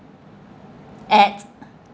at